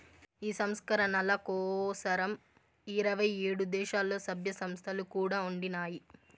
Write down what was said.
ఈ సంస్కరణల కోసరం ఇరవై ఏడు దేశాల్ల, సభ్య సంస్థలు కూడా ఉండినాయి